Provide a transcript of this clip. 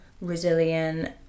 resilient